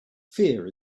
fear